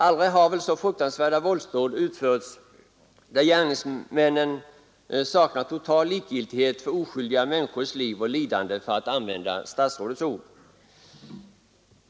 Aldrig förr har väl så fruktansvärda våldsdåd utförts och gärningsmännen visat sig totalt likgiltiga för oskyldiga människors liv och lidande, för att använda statsrådets ord.